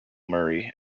murray